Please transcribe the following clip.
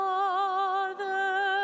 Father